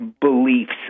beliefs